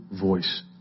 voice